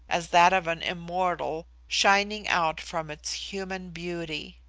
as that of an immortal, shining out from its human beauty.